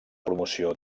promoció